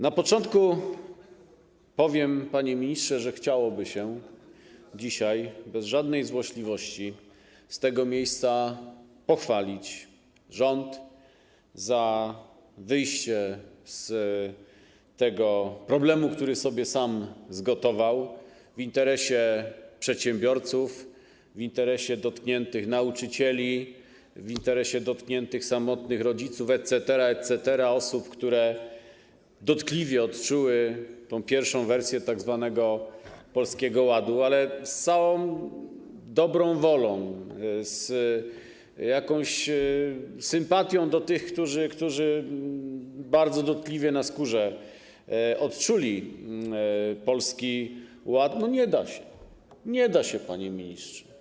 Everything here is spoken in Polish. Na początku powiem, panie ministrze, że chciałoby się dzisiaj bez żadnej złośliwości z tego miejsca pochwalić rząd za rozwiązanie problemu, który rząd sam sobie zgotował, w interesie przedsiębiorców, w interesie dotkniętych nauczycieli, w interesie dotkniętych samotnych rodziców etc., etc., osób, które dotkliwie odczuły tą pierwszą wersję tzw. Polskiego Ładu, ale mimo całej dobrej woli, z sympatią do tych, którzy bardzo dotkliwie na własnej skórze odczuli Polski Ład, no nie da się, nie da się, panie ministrze.